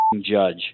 judge